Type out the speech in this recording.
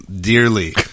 dearly